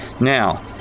Now